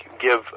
give